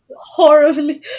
horribly